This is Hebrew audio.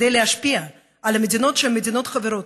כדי להשפיע על מדינות שהן מדינות חברות,